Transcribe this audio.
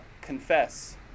confess